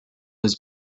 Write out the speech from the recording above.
his